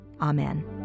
amen